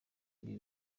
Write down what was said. ibi